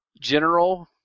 general